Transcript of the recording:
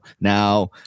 now